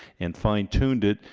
and fine-tuned it,